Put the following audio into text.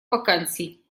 вакансий